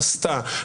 עשתה,